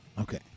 Okay